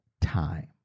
time